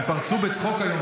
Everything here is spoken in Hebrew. הם פרצו בצחוק היום,